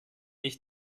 ich